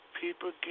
people